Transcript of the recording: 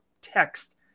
text